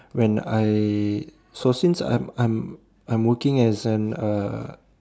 when I so since I'm I'm I'm working as an uh